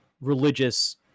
religious